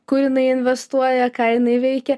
kur jinai investuoja ką jinai veikia